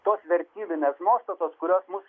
tos vertybinės nuostatos kurios mus